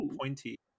pointy